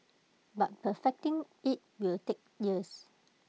but perfecting IT will take years